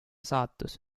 saatus